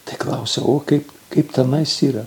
tai klausia o kaip kaip tenais yra